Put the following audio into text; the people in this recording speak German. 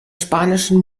spanischen